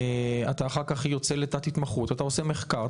אחר כך הוא יוצא לתת התמחות ועושה מחקר,